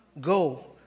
Go